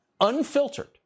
unfiltered